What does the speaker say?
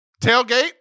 Tailgate